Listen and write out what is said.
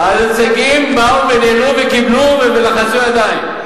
הנציגים באו וניהלו וקיבלו ולחצו ידיים,